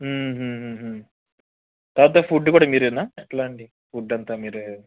తరువాత ఫుడ్డు కూడా మీరేనా ఎలా అండి ఫుడ్ అంతా మీరే